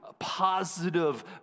positive